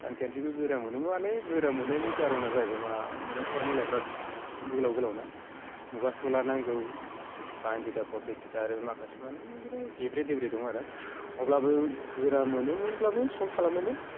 सानखान्थिखौ गोरा मोनोमोन माने गोरा मोननायनि कारना जाहैबाय मा बेना फर्मुलाया बिराद गोलाव गोलाव ना मुखास्थ' लानांगौ साइनथिटा कस थिटा आरो माखासेमानि इनिफ्राय हेब्रे देब्रे दं आरो अब्लाबो गोरा मोनोमोन अब्लाबो सल्भ खालामोमोन